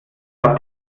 auf